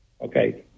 Okay